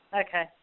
Okay